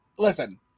Listen